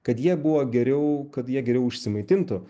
kad jie buvo geriau kad jie geriau užsimaitintų